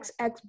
XX